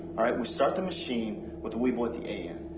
all right? we start the machine with the weeble at the a end.